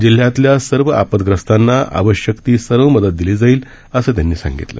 जिल्ह्यातल्या सर्व आपद्ग्रस्तांना आवश्यक ती सर्व मदत दिली जाईल असं त्यांनी सांगितलं